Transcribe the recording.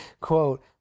quote